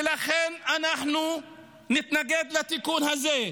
ולכן, אנחנו נתנגד לתיקון הזה.